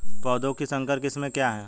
पौधों की संकर किस्में क्या हैं?